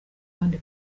abandi